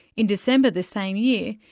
in december the same year,